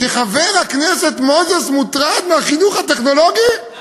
כשחבר הכנסת מוזס מוטרד מהחינוך הטכנולוגי, למה?